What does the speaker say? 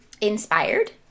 inspired